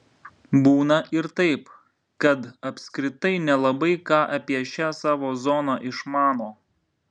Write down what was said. būna ir taip kad apskritai nelabai ką apie šią savo zoną išmano